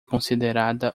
considerada